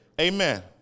Amen